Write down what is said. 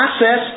process